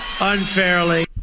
unfairly